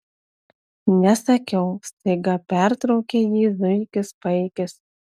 nesakiau staiga pertraukė jį zuikis paikis